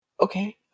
Okay